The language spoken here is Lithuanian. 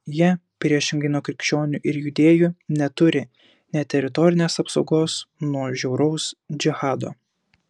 jie priešingai nuo krikščionių ir judėjų neturi nė teritorinės apsaugos nuo žiauraus džihado